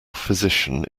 physician